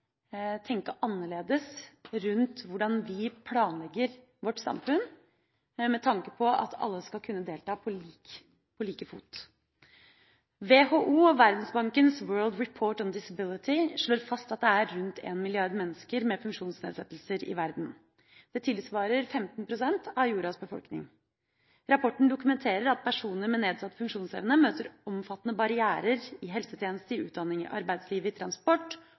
tenke annerledes om hvordan vi planlegger vårt samfunn med tanke på at alle skal kunne delta på like fot. WHO og Verdensbankens World report on disability slår fast at det er rundt 1 milliard mennesker med funksjonsnedsettelser i verden. Det tilsvarer 15 pst. av jordas befolkning. Rapporten dokumenterer at personer med nedsatt funksjonsevne møter omfattende barrierer i helsetjenesten, utdanning, arbeidslivet, transport